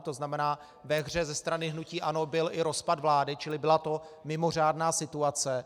To znamená, ve hře ze strany hnutí ANO byl i rozpad vlády, čili byla to mimořádná situace.